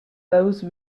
those